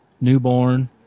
newborn